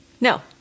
No